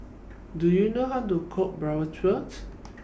Do YOU know How to Cook Bratwurst